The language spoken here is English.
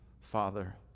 Father